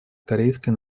корейской